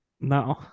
no